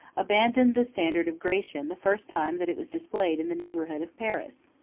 abandoned the standard of gratian the first time that it was displayed in the neighborhood of paris.